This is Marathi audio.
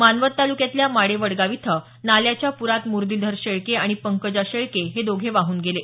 मानवत तालुक्यातल्या माडेवडगाव इथं नाल्याच्या पुरात मुरलीधर शेळके आणि पंकजा शेळके हे दोघे वाहून गेले